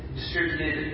distributed